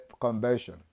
conversion